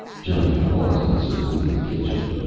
johnny paused and surveyed the kitchen.